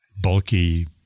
bulky